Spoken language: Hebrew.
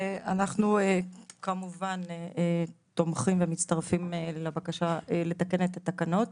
אנחנו כמובן תומכים ומצטרפים לבקשה לתקן את התקנות.